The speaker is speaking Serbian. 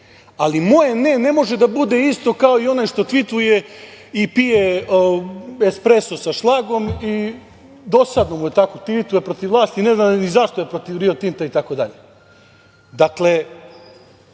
Ali moje „ne“ ne može da bude isto kao i onaj što tvituje i pije espreso sa šlagom i dosadno mu je, tvituje protiv vlasti i ne zna ni zašto je protiv „Rio Tinta“ itd. Dakle,